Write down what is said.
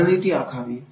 रणनीती आखावी